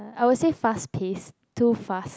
I will say fast pace too fast